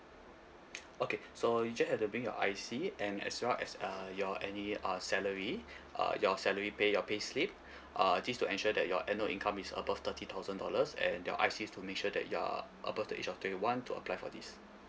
okay so you just have to bring your I_C and as well as uh your any uh salary uh your salary pay your payslip uh this is to ensure that your annual income is above thirty thousand dollars and your I_C is to make sure that you're above the age of twenty one to apply for this